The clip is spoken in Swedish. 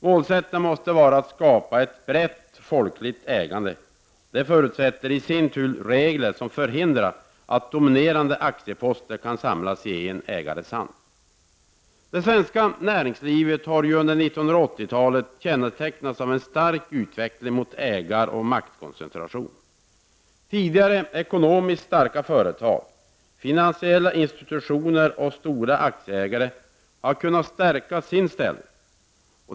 Målsättningen måste vara att skapa ett brett folkligt ägande, vilket i sin tur förutsätter regler som förhindrar att dominerande aktieposter kan samlas i en ägares hand. Det svenska näringslivet har under 1980-talet kännetecknats av en stark utveckling mot ägaroch maktkoncentration. Tidigare ekonomiskt starka företag, finansiella institutioner och stora aktieägare har kunnat stärka sin ställning.